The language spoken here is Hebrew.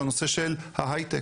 זה הנושא של ההיי-טק,